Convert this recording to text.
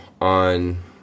on